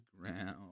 ground